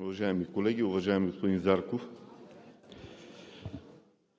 Уважаеми колеги! Уважаеми господин Зарков,